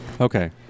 Okay